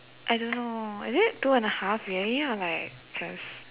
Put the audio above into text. I don't know is it two and half already or like just